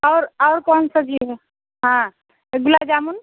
और और कौन सा चीज है हाँ गुलाब जामुन